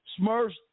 Smurfs